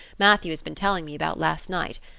matthew has been telling me about last night.